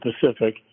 Pacific